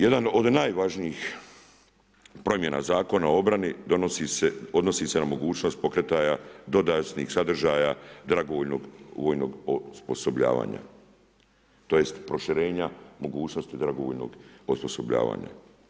Jedan od najvažnijih promjena Zakona o obrani, odnosi se na mogućnost pokretaja dodatnih sadržaja dragovoljnog vojnog osposobljavanja, tj. proširenja mogućnosti dragovoljnog osposobljavanja.